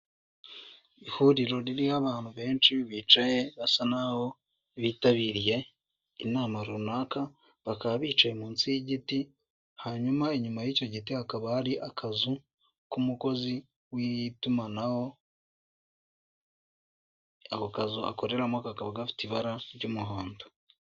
Ihuriro ririho abantu benshi bicaye basa naho bitabiriye inama runaka bakaba bicaye munsi y'igiti hanyuma inyuma y'icyo giti hakaba hari akazu k'umukozi w'itumanaho ako kazu akoreramo kakaba gafite ibara ry'umuhondo.